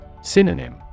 Synonym